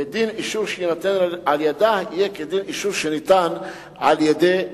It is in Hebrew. ודין אישור שיינתן על-ידה יהיה כדין אישור שניתן על-ידי הוועדה.